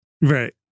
Right